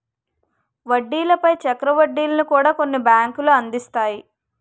వడ్డీల పై చక్ర వడ్డీలను కూడా కొన్ని బ్యాంకులు అందిస్తాయి